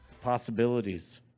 Possibilities